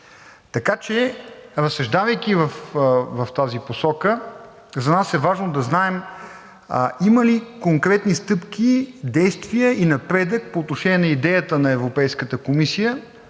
Така че разсъждавайки в тази посока, за нас е важно да знаем има ли конкретни стъпки, действия и напредък по отношение на идеята на Европейската комисия